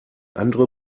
andere